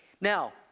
Now